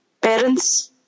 parents